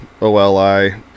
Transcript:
OLI